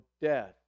death